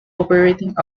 operating